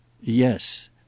Yes